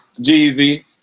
Jeezy